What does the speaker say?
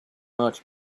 much